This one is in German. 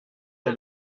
der